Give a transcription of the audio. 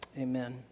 Amen